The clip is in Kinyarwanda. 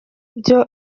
ibyo